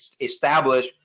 establish